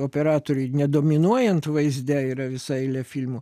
operatoriui nedominuojant vaizde yra visa eilė filmų